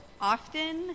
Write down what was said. often